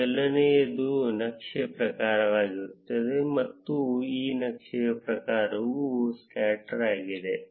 ಮೊದಲನೆಯದು ನಕ್ಷೆ ಪ್ರಕಾರವಾಗಿರುತ್ತದೆ ಮತ್ತು ಈ ನಕ್ಷೆಯ ಪ್ರಕಾರವು ಸ್ಕ್ಯಾಟರ್ ಆಗಿದೆ